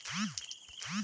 আধুনিক কৃষি পদ্ধতি কী?